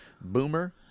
boomer